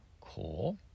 Cool